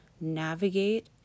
navigate